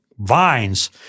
vines